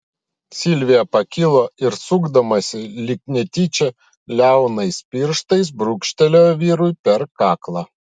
silvija pakilo ir sukdamasi lyg netyčia liaunais pirštais brūkštelėjo vyrui per kaklą